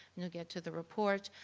you'll get to the report.